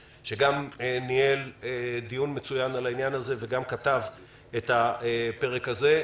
שניהל דיון מצוין בנושא ואף כתב את הפרק הזה,